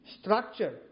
structure